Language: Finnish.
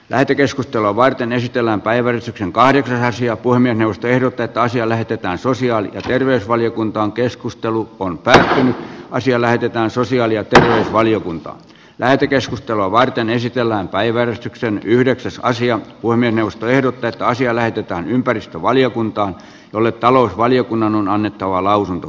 lähetekeskustelua varten esitellään päivän kahdeksanneksi ja voimme tehdä tätä asiaa lähetetään sosiaali ja terveysvaliokuntaan keskustelu on pöly on siellä puhemiesneuvosto ehdottaa että valiokunta lähetekeskustelua varten esitellään päiväjärjestyksen yhdeksäs asia kuin minusta ehdoton asia lähetetään ympäristövaliokuntaan jolle talousvaliokunnan on annettava lausunto